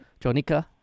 Jonica